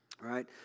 Right